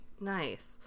Nice